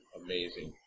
amazing